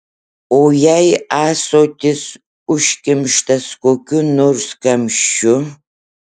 o jei ąsotis užkimštas kokiu nors kamščiu